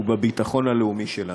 ובביטחון הלאומי שלנו.